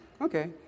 Okay